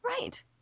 Right